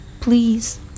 Please